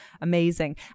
amazing